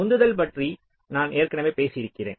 உந்துதல் பற்றி நான் ஏற்கனவே பேசி இருக்கிறேன்